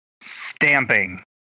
stamping